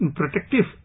protective